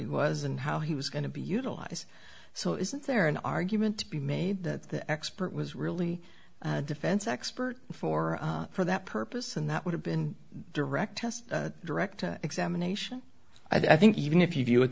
he was and how he was going to be utilized so isn't there an argument to be made that the expert was really defense expert for for that purpose and that would have been direct test direct examination i think even if you